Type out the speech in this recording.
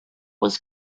was